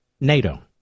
NATO